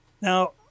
Now